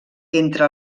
entre